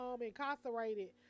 incarcerated